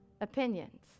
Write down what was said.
Opinions